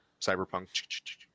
cyberpunk